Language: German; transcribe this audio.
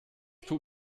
tut